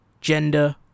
gender